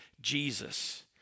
Jesus